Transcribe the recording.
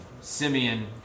Simeon